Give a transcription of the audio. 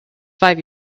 five